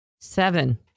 Seven